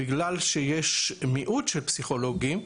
בגלל שיש מיעוט של פסיכולוגים,